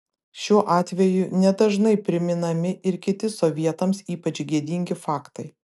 šiuo atveju ne dažnai priminami ir kiti sovietams ypač gėdingi faktai